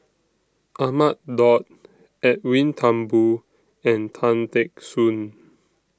Ahmad Daud Edwin Thumboo and Tan Teck Soon